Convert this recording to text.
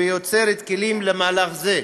ויוצרת כלים למהלך זה.